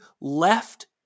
left